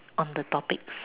on the topics